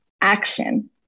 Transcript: Action